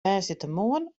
woansdeitemoarn